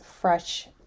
fresh